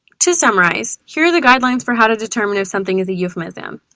to summarize, here are the guidelines for how to determine if something is a euphemism.